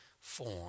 form